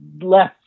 less